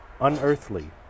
unearthly